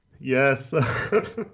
yes